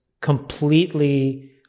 completely